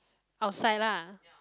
outside lah